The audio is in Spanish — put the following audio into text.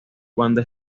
cuando